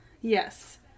yes